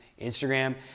Instagram